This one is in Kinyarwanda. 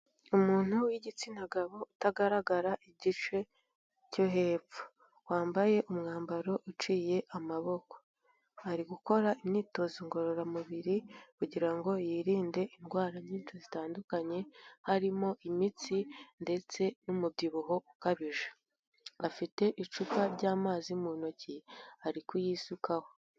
Umuntu w'igitsina gabo utagaragara igice cyo hepfo, wambaye umwambaro uciye amaboko, ari gukora imyitozo ngororamubiri kugira ngo yirinde indwara nyinshi zitandukanye harimo imitsi ndetse n'umubyibuho ukabije, afite icupa ry'amazi mu ntoki ari kuyisukaho.